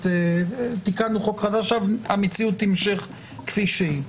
תיקנו חוק חדש ועכשיו המציאות תימשך כמו שהיא.